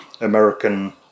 American